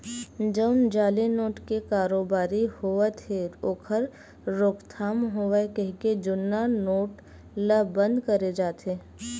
जउन जाली नोट के कारोबारी होवत हे ओखर रोकथाम होवय कहिके जुन्ना नोट ल बंद करे जाथे